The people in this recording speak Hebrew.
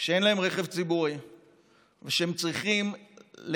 שאין להם רכב פרטי והם צריכים להתגלגל.